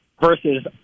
versus